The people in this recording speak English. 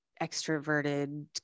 extroverted